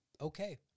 Okay